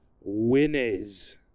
winners